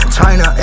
China